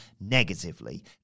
negatively